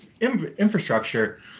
infrastructure